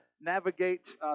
navigate